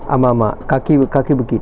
ஆமா ஆமா:aamaa aamaa kaki w~ kaki bukit